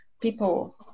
people